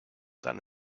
dann